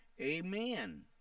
Amen